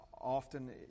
often